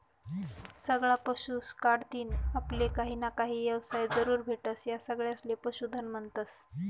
सगळा पशुस कढतीन आपले काहीना काही येवसाय जरूर भेटस, या सगळासले पशुधन म्हन्तस